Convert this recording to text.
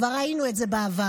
כבר ראינו את זה בעבר.